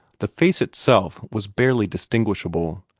the face itself was barely distinguishable,